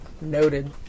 Noted